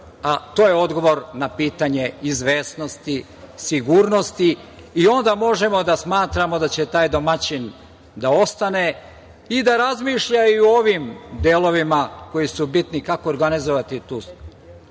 a to je odgovor na pitanje izvesnosti, sigurnosti i onda možemo da smatramo da će taj domaćin da ostane i da razmišlja i o ovim delovima koji su bitni, kako organizovati tu